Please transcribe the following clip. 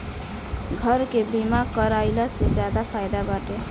घर के बीमा कराइला से ज्यादे फायदा बाटे